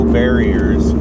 barriers